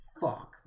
Fuck